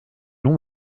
non